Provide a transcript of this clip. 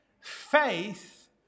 Faith